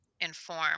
inform